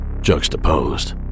Juxtaposed